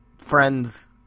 friends